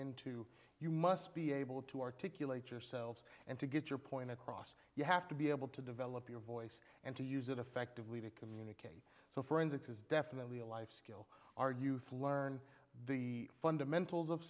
into you must be able to articulate yourselves and to get your point across you have to be able to develop your voice and to use it effectively to communicate so forensics is definitely a life skill our youth learn the fundamentals of